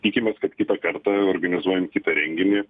tikimės kad kitą kartą organizuojant kitą renginį